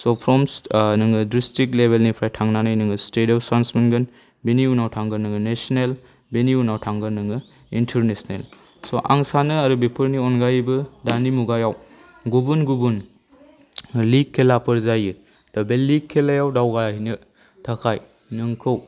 स' फ्रम नोङो डिस्ट्रिक लेभेलनिफ्राय थांनानै नोङो स्टेटआव सान्स मोनगोन बिनि उनाव थांगोन नोङो नेसनेल बेनि उनाव थांगोन नोङो इन्टारनेसनेल स' आं सानो आरो बेफोरनि अनगायैबो दानि मुगायाव गुबुन गुबुन लिग खेलाफोर जायो दा बे लिग खेलायाव दावगाहैनो थाखाय नोंखौ